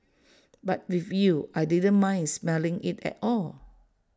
but with you I didn't mind smelling IT at all